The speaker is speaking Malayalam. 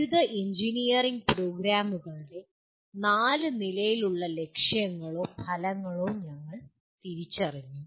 ബിരുദ എഞ്ചിനീയറിംഗ് പ്രോഗ്രാമുകളുടെ നാല് നിലയിലുള്ള ലക്ഷ്യങ്ങളോ ഫലങ്ങളോ ഞങ്ങൾ തിരിച്ചറിഞ്ഞു